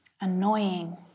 Annoying